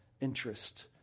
interest